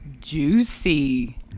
juicy